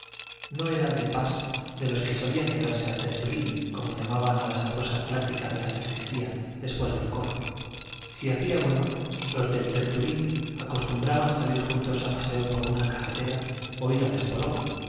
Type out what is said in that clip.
no era de pas de los que solían quedarse al tertulín como llamaban a la sabrosa plática de la sacristía después del coro si hacía bueno los del tertulín acostumbraban salir juntos a paseo por una carretera o ir al espolón